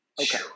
Okay